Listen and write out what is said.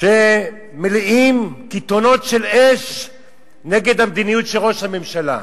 שמלאים קיתונות של אש נגד המדיניות של ראש הממשלה.